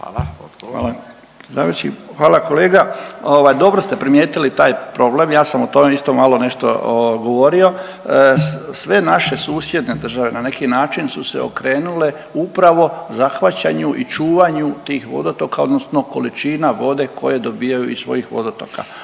Hvala g. predsjedavajući. Hvala kolega. Dobro ste primijetili taj problem, ja sam o tom isto malo nešto govorio. Sve naše susjedne države na neki način su se okrenule upravo zahvaćanju i čuvanju tih vodotoka odnosno količina vode koje dobijaju iz svojih vodotoka,